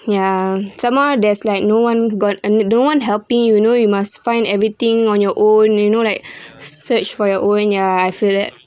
yeah some more there's like no one got uh no one helping you know you must find everything on your own you know like search for your own ya I feel that